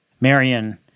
Marion